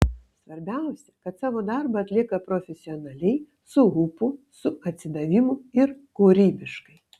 svarbiausia kad savo darbą atlieka profesionaliai su ūpu su atsidavimu ir kūrybiškai